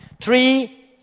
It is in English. Three